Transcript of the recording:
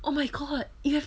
oh my god you have